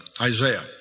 Isaiah